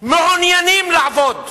מעוניינים לעבוד,